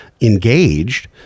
engaged